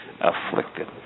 afflicted